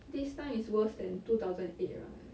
this time is worse than two thousand and eight right